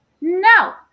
No